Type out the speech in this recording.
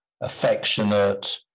affectionate